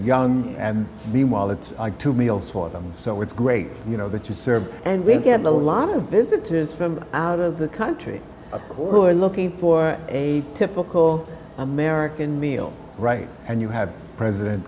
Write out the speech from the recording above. young and meanwhile it's two meals for them so it's great you know that you serve and we get a lot of visitors from out of the country who are looking for a typical american meal right and you had president